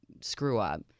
screw-up